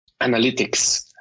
Analytics